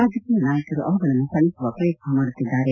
ರಾಜಕೀಯ ನಾಯಕರು ಅವುಗಳನ್ನು ತಣಿಸುವ ಪ್ರಯತ್ನ ಮಾಡುತ್ತಿದ್ದಾರೆ